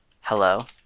hello